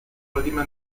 última